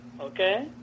Okay